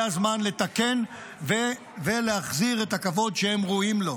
זה הזמן לתקן ולהחזיר את הכבוד שהם ראויים לו.